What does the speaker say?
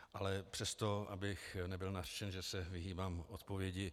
Ale přesto, abych nebyl nařčen, že se vyhýbám odpovědi.